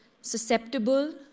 susceptible